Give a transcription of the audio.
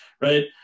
right